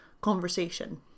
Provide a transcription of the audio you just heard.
conversation